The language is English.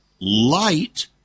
light